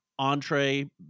Entree